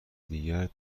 دیگر